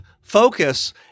focus